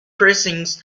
pressings